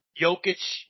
Jokic –